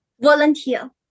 volunteer